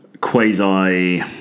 quasi